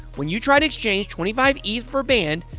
when you try to exchange twenty five eth for band,